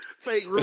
Fake